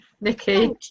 Nikki